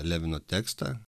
levino tekstą